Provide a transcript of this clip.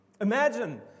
Imagine